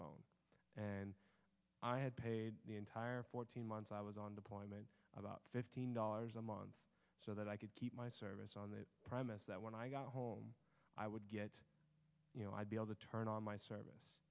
phone and i had the entire fourteen months i was on deployment about fifteen dollars a month so that i could keep my service on the promise that when i got home i would get you know i'd be able to turn on my service